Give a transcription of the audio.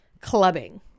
clubbing